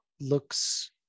looks